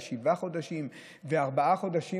ושבעה חודשים וארבעה חודשים,